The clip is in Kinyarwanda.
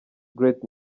great